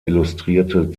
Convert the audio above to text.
illustrierte